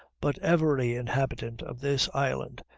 but every inhabitant of this island,